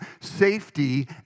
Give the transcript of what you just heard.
safety